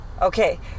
Okay